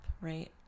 right